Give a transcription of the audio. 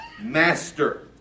master